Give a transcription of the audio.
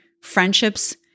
friendships